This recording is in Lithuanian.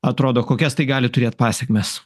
atrodo kokias tai gali turėt pasekmes